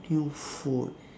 new food